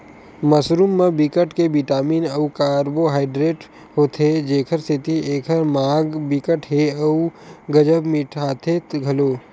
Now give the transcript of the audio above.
mushroom म बिकट के बिटामिन अउ कारबोहाइडरेट होथे जेखर सेती एखर माग बिकट के ह अउ गजब मिटाथे घलोक